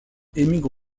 émigre